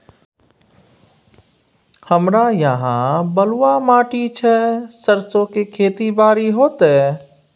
हमरा यहाँ बलूआ माटी छै सरसो के खेती बारी होते?